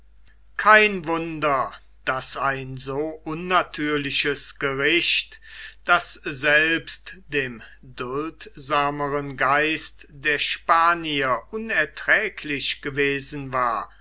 kein wunder daß ein so unnatürliches gericht das selbst dem duldsameren geiste der spanier unerträglich gewesen war